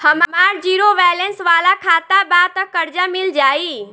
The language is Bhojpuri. हमार ज़ीरो बैलेंस वाला खाता बा त कर्जा मिल जायी?